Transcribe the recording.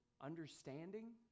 understanding